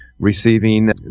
receiving